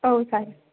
औ सार